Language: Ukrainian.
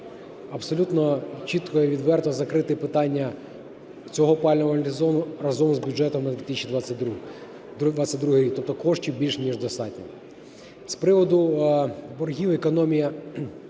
абсолютно чітко і відверто закрити питання цього опалювального сезону разом з бюджетом на 2022 рік. Тобто коштів більш ніж достатньо. З приводу боргів економія